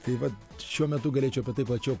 taip vat šiuo metu galėčiau apie tai plačiau